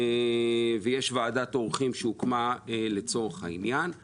ויש ועדת אורחים שהוקמה לצורך העניין.